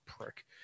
prick